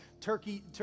Turkey